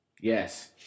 Yes